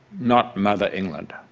not mother england.